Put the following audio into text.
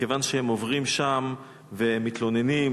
וכיוון שהם עוברים שם והם מתלוננים,